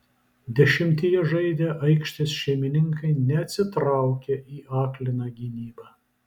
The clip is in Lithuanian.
dešimtyje žaidę aikštės šeimininkai neatsitraukė į akliną gynybą